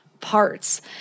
parts